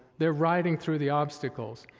they're riding through the obstacles.